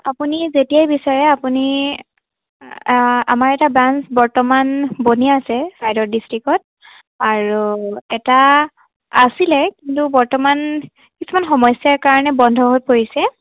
আপুনি যেতিয়াই বিচাৰে আপুনি আমাৰ এটা ব্ৰাঞ্চ বৰ্তমান বনি আছে চৰাইদেউ ডিষ্ট্ৰিক্টত আৰু এটা আছিলে কিন্তু বৰ্তমান কিছুমান সমস্যাৰ কাৰণে বন্ধ হৈ পৰিছে